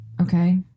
Okay